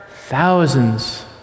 thousands